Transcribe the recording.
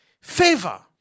Favor